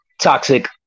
toxic